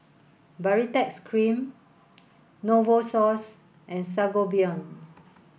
Baritex Cream Novosource and Sangobion